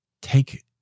take